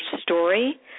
story